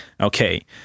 Okay